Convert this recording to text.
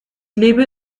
lebe